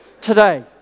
today